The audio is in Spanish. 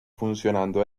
funcionando